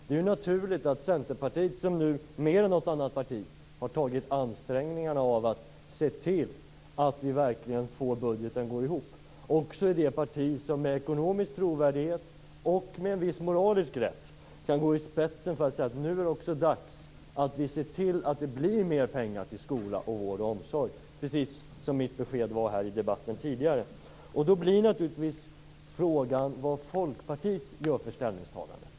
Det är naturligt att Centerpartiet som mer än något annat parti har tagit ansträngningarna av att se till att vi verkligen får budgeten att gå ihop också är det parti som med ekonomisk trovärdighet och med en viss moralisk rätt går i spetsen och säger: Nu är det också dags att vi ser till att det blir mer pengar till skola, vård och omsorg. Det var mitt besked här i debatten tidigare. Då blir naturligtvis frågan vad Folkpartiet gör för ställningstagande.